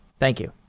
thank you.